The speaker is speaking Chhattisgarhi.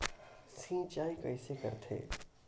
सिंचाई कइसे करथे?